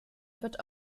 wird